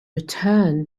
return